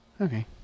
Okay